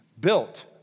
built